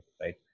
Right